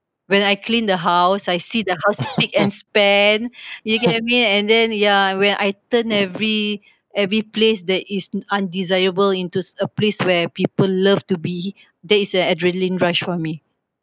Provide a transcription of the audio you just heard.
when I clean the house I see the house spick and span you get what I mean and then ya when I turn every every place that is undesirable into a place where people love to be that is an adrenalin rush for me